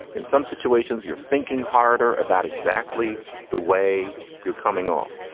in some situations you're thinking harder about exactly the way you're coming off.